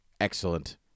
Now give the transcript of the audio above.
Excellent